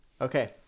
Okay